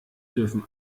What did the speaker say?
dürfen